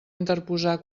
interposar